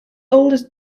oldest